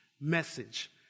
message